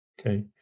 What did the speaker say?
Okay